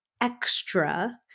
extra